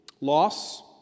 loss